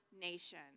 nation